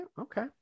okay